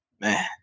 man